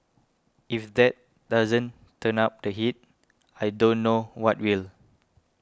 if that doesn't turn up the heat I don't know what really